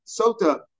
Sota